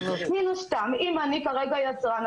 מן הסתם אם אני כרגע יצרן,